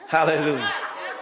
Hallelujah